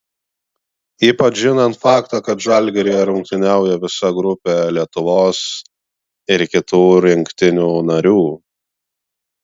ypač žinant faktą kad žalgiryje rungtyniauja visa grupė lietuvos ir kitų rinktinių narių